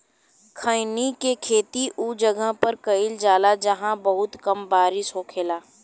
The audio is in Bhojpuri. खईनी के खेती उ जगह पर कईल जाला जाहां बहुत कम बारिश होखेला